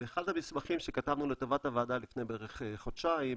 באחד המסמכים שכתבנו לטובת הוועדה לפני בערך חודשיים